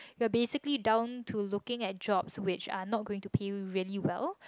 you're basically down to looking at jobs which are not going to pay you really well